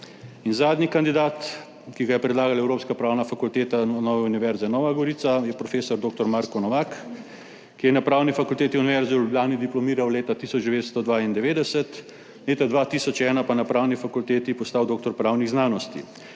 In zadnji kandidat, ki ga je predlagala Evropska pravna fakulteta Nove univerze Nova Gorica, je prof. dr. Marko Novak, ki je na Pravni fakulteti Univerze v Ljubljani diplomiral leta 1992, leta 2001 pa na Pravni fakulteti postal doktor pravnih znanosti.